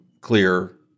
clear